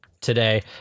today